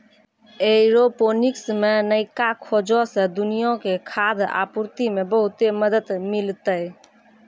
aeroponics मे नयका खोजो से दुनिया के खाद्य आपूर्ति मे बहुते मदत मिलतै